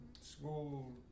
school